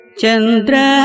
Chandra